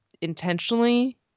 intentionally